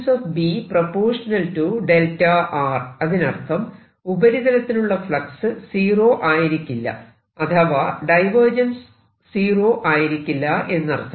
B അതിനർത്ഥം ഉപരിതലത്തിലുള്ള flux zero ആയിരിക്കില്ല അഥവാ ഡൈവേർജൻസ് സീറോ ആയിരിക്കില്ല എന്നർത്ഥം